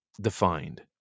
defined